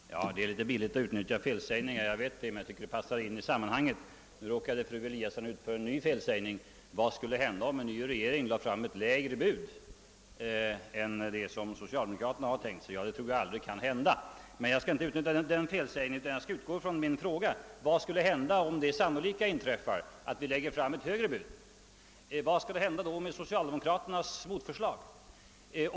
Herr talman! Det är visserligen litet billigt att utnyttja felsägningar, det vet jag, men jag tycker den här passade så bra in i sammanhanget. Nu råkade fru Lewén-Eliasson dessutom ut för en felsägning till. Hon sade: Vad skulle hända, om en ny regering lade fram ett lägre bud än det som socialdemokraterna har tänkt sig? Ja, det tror jag aldrig kan hända. Jag skall emellertid inte utnyttja den felsägningen mera, utan jag skall utgå från min fråga: Vad skulle hända, om det sannolika skulle inträffa, att en ny regering lägger fram ett högre bud? Vad skulle socialdemokraterna då ställa för motförslag?